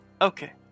okay